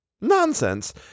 nonsense